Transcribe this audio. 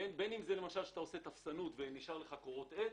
בין אם אתה עושה טפסנות ונשארות לך קורות עץ,